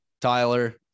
Tyler